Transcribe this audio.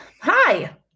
hi